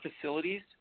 facilities